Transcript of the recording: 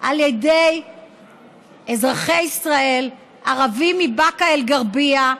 על ידי אזרחי ישראל, ערבים מבאקה אל-גרביה,